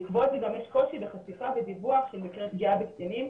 בעקבות זה גם יש קושי בחשיפה ודיווח של מקרי פגיעה בקטינים,